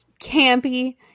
campy